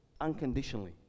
unconditionally